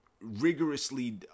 rigorously